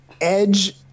edge